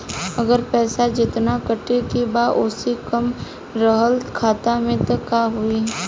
अगर पैसा जेतना कटे के बा ओसे कम रहल खाता मे त का होई?